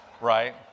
right